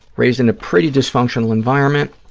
raised in a pretty dysfunctional environment,